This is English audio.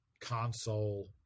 console